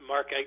Mark